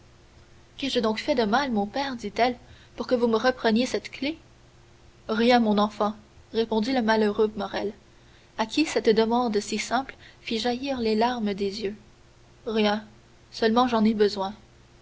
qu'ai-je donc fait de mal mon père dit-elle pour que vous me repreniez cette clef rien mon enfant répondit le malheureux morrel à qui cette demande si simple fit jaillir les larmes des yeux rien seulement j'en ai besoin